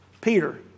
Peter